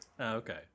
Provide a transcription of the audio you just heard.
Okay